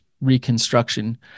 reconstruction